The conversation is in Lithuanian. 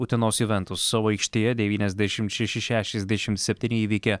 utenos juventus savo aikštėje devyniasdešimt šeši šešiasdešimt septyni įveikė